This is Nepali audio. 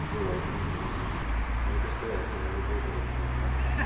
जो भए पनि हुनु त हुन्छ अब त्यस्तोहरूको लागि बहुत हेल्प हुन्छ होइन